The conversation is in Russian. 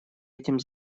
этим